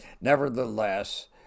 nevertheless